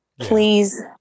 Please